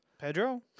pedro